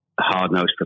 hard-nosed